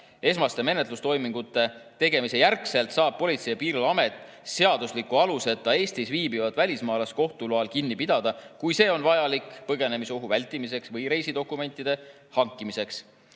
Esmaste menetlustoimingute tegemise järel saab Politsei- ja Piirivalveamet seadusliku aluseta Eestis viibivat välismaalast kohtu loal kinni pidada, kui see on vajalik põgenemisohu vältimiseks või reisidokumentide hankimiseks.